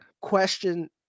question